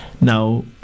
now